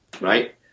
right